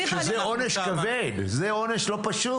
זה עונש כבד, זה עונש לא פשוט.